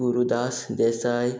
Gurudas Desai